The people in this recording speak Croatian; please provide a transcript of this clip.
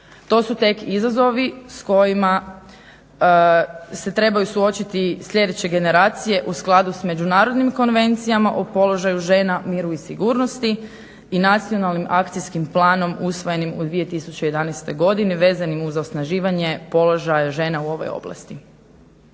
To su tek izazovi s kojima se trebaju suočiti sljedeće generacije u skladu s Međunarodnim konvencijama o položaju žena, miru i sigurnosti i nacionalnim akcijskim planom usvojenim u 2011. godini, vezanim uz osnaživanje položaja žena u ovoj oblasti.